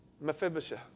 Mephibosheth